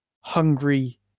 hungry